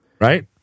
right